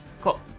Cool